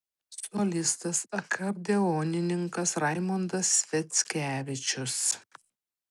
solistas akordeonininkas raimondas sviackevičius